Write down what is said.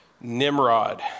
Nimrod